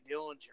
Dillinger